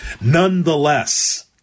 Nonetheless